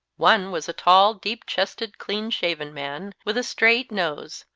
one was a tally deep-chested, clean-shaven man, with a straight nose,